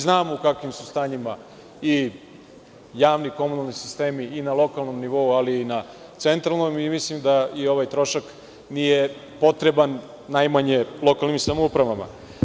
Znamo u kakvim su stanjima i javni komunalni sistemi i na lokalnom nivou, ali i na centralnom i mislim da i ovaj trošak nije potreban najmanje lokalnim samoupravama.